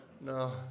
No